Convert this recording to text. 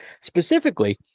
Specifically